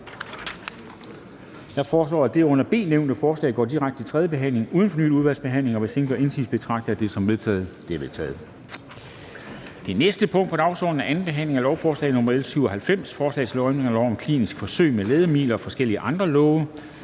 Jeg foreslår, at det under B nævnte forslag går direkte til tredje behandling uden fornyet udvalgsbehandling, og hvis ingen gør indsigelse, betragter jeg det som vedtaget. Det er vedtaget. --- Det næste punkt på dagsordenen er: 4) 2. behandling af lovforslag nr. L 97: Forslag til lov om ændring af lov om kliniske forsøg med lægemidler og forskellige andre love.